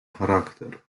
charakter